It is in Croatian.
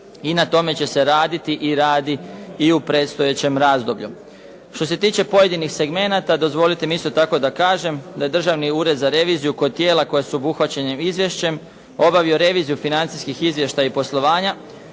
i na tome će se raditi i radi i u predstojećem razdoblju. Što se tiče pojedinih segmenata, dozvolite mi isto tako da kažem da je Državni ured za reviziju kod tijela koja su obuhvaćena izvješćem obavio reviziju financijskih izvještaja i poslovanja,